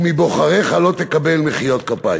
ומבוחריך לא תקבל מחיאות כפיים.